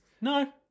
No